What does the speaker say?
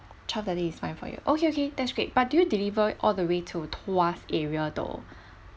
twelve thirty is fine for you okay okay that's great but do you deliver all the way to tuas area though